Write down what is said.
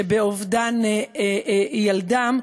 שבאובדן ילדם,